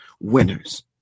winners